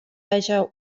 haja